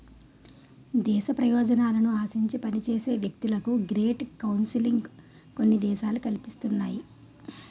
దేశ ప్రయోజనాలను ఆశించి పనిచేసే వ్యక్తులకు గ్రేట్ కౌన్సిలింగ్ కొన్ని దేశాలు కల్పిస్తున్నాయి